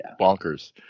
bonkers